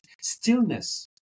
stillness